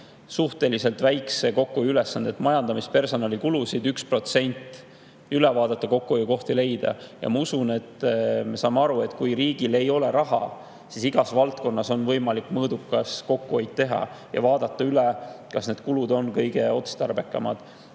suhteliselt väikse kokkuhoiuülesande: majandamis- ja personalikulusid 1% ulatuses üle vaadata, kokkuhoiukohti leida. Ma usun, et me saame aru, et kui riigil ei ole raha, siis igas valdkonnas on võimalik mõõdukas kokkuhoid teha, vaadata üle, kas senised kulud on kõige otstarbekamad.